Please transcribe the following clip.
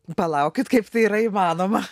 palaukit kaip tai yra įmanoma